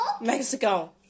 Mexico